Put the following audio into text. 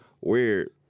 Weird